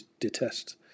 detest